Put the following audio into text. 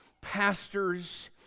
pastors